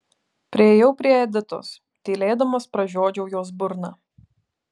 priėjau prie editos tylėdamas pražiodžiau jos burną